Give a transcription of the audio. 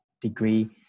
degree